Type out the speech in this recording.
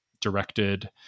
directed